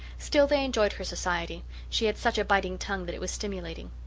still, they enjoyed her society she had such a biting tongue that it was stimulating.